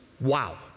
Wow